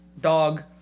dog